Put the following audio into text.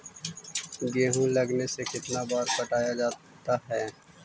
गेहूं लगने से कितना बार पटाया जाता है?